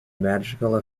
magical